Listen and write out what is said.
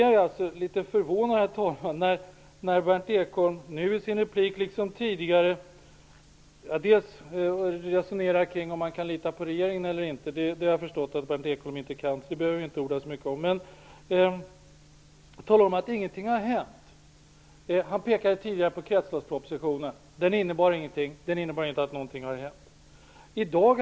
Jag blev litet förvånad när Berndt Ekholm i sin replik dels resonerade om ifall han kan lita på regeringen eller inte -- det har jag förstått att han inte kan, så det behöver vi inte orda så mycket om -- dels talade om att ingenting har hänt. Han pekade tidigare på kretsloppspropositionen, där han ansåg att inget hade hänt. Herr talman!